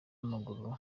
w’amaguru